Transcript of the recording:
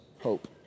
hope